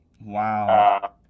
Wow